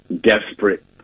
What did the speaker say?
desperate